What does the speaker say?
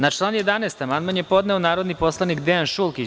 Na član 11. amandman je podneo narodni poslanik Dejan Šulkić.